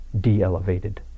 de-elevated